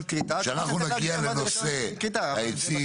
כריתה --- כשאנחנו נגיע לנושא העצים,